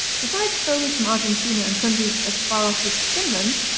besides phonies from argentina and countries as far off as finland,